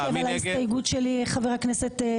מה אתה חושב על ההסתייגות שלי, חבר הכנסת?